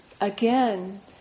again